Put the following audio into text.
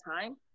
time